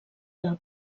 del